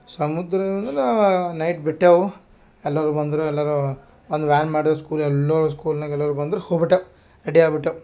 ಸಮುದ್ರ ನೈಟ್ ಬಿಟ್ಟೆವು ಎಲ್ಲರು ಬಂದ್ರೆ ಎಲ್ಲರು ಅದು ವ್ಯಾನ್ ಮಾಡಿವಿ ಸ್ಕೂಲ್ ಎಲ್ಲರು ಸ್ಕೂಲ್ನ್ಯಾಗ ಎಲ್ಲರು ಬಂದ್ರೆ ಹೋಗ್ಬಿಟ್ಟೆವು ರೆಡಿ ಆಗಿ ಬಿಟ್ಟೇವು